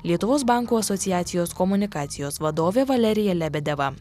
lietuvos bankų asociacijos komunikacijos vadovė valerija lebedeva